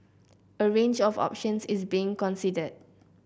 a range of options is being considered